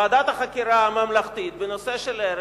ועדת החקירה הממלכתית אמרה בנושא זה: